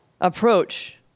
approach